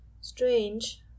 Strange